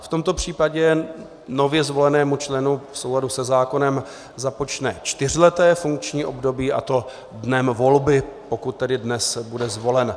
V tomto případě nově zvolenému členu v souladu se zákonem započne čtyřleté funkční období dnem volby, pokud tedy dnes bude zvolen.